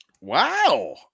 Wow